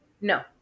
No